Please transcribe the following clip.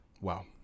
Wow